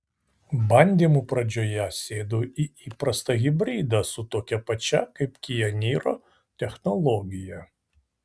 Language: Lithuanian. bandymų pradžioje sėdu į įprastą hibridą su tokia pačia kaip kia niro technologija